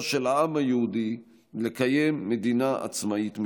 של העם היהודי לקיים מדינה עצמאית משלו.